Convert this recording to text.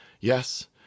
Yes